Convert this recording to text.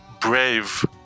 brave